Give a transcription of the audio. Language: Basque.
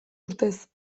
urtez